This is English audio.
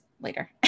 later